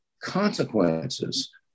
consequences